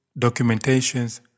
documentations